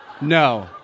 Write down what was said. No